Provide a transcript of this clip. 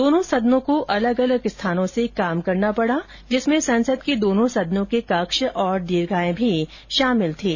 दोनों सदनों को अलग अलग स्थानों से काम करना पड़ा जिसमें संसद के दोनों सदनों के कक्ष और दीर्घाएं भी शामिल थीं